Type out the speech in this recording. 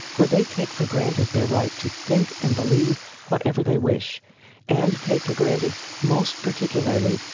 where they take for granted their right to think and believe whatever they wish and take for granted, most particularly,